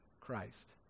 christ